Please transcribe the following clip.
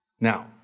Now